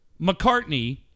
McCartney